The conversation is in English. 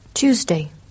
Tuesday